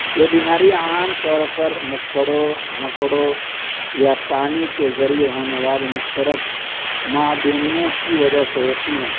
یہ بیماری عام طور پر مچھڑوں مکڑوں یا پانی کے ذریعے ہونے والی مشترک معدومیوں کی وجہ سے ہوتی ہیں